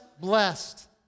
blessed